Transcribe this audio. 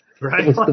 Right